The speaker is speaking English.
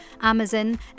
Amazon